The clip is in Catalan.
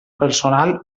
personal